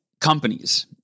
companies